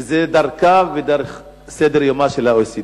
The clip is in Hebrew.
שהם, בין היתר, הדרך וסדר-היום של ה-OECD.